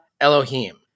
Elohim